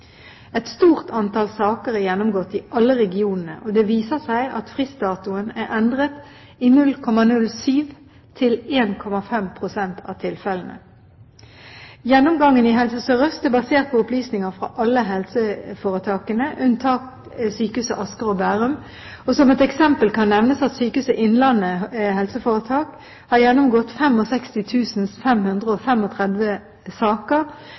Et stort antall saker er gjennomgått i alle regionene, og det viser seg at fristdatoen er endret i 0,07–1,5 pst. av tilfellene. Gjennomgangen i Helse Sør-Øst er basert på opplysninger fra alle helseforetakene, unntatt Sykehuset Asker og Bærum. Som et eksempel kan nevnes at Sykehuset Innlandet HF har gjennomgått 65 535 saker fra det siste året, og de fant 46 endringer av fristen. Helse Nord har kartlagt ca. 500